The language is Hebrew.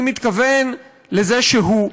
אני מתכוון לזה שהוא,